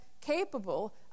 capable